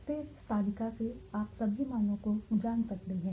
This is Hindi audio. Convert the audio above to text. फिर इस तालिका से आप सभी मानों को जान सकते हैं